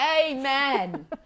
Amen